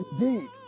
indeed